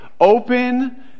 Open